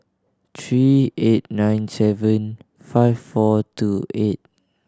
three eight nine seven five four two eight